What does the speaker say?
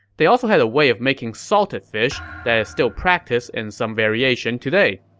they also had a way of making salted fish that is still practiced in some variation today.